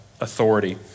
authority